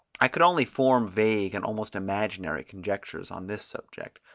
i could only form vague, and almost imaginary, conjectures on this subject.